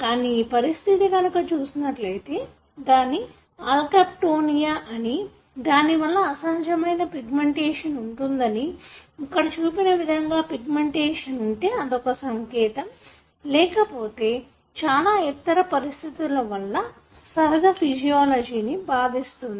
కానీ ఈ పరిస్థితి కనుక చూసినట్లయితే దానిని అల్కప్టోనుయా అని దానివల్ల అసహజమైన పిగ్మెంటేషన్ ఉంటుందని ఇక్కడ చూపిన విధంగా పిగ్మెంటేషన్ ఉంటే అదొక సంకేతం లేకపోతే చాలా ఇతర పరిస్థితులు వల్ల సహజ ఫీషియోలజీని బాధిస్తుంది